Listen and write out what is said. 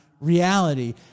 reality